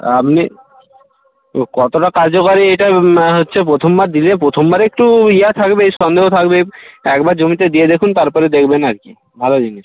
আপনি ও কতোটা কার্যকারী এটা হচ্ছে প্রথমবার দিলে প্রথমবারে একটু ইয়া থাকবে সন্দেহ থাকবে একবার জমিতে দিয়ে দেখুন তারপরে দেখবেন আর কি ভালো জিনিস